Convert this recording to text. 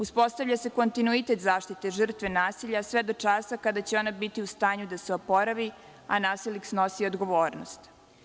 Uspostavlja se kontinuitet zaštite žrtve nasilja sve do časa kada će ona biti u stanju da se oporavi a nasilnik snosi odgovornost.